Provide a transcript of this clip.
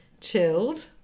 chilled